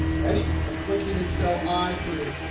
ready? i'm clicking in cell i three.